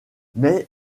mais